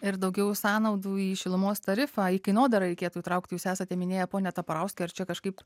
ir daugiau sąnaudų į šilumos tarifą į kainodarą reikėtų įtraukt jūs esate minėję pone taparauskai ar čia kažkaip